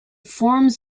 forms